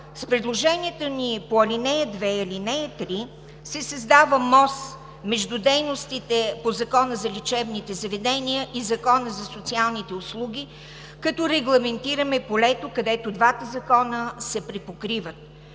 с предложенията ни по ал. 2 и ал. 3 се създава мост между дейностите по Закона за лечебните заведения и Закона за социалните услуги, като регламентираме полето, където двата закона се припокриват.